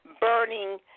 burning